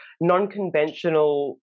non-conventional